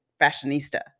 fashionista